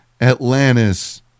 Atlantis